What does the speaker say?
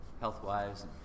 health-wise